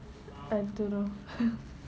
I don't know